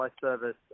service